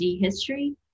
history